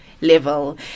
level